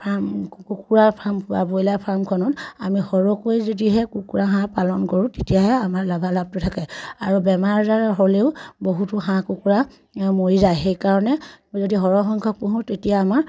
farm কুকুৰা farm broiler ফাৰ্মখনত আমি সৰহকৈ যদিহে কুকুৰা হাঁহ পালন কৰোঁ তেতিয়াহে আমাৰ লাভালাভটো থাকে আৰু বেমাৰ আজাৰ হ'লেও বহুতো হাঁহ কুকুৰা মৰি যায় সেইকাৰণে যদি সৰহসংখ্যক পুহোঁ তেতিয়া আমাৰ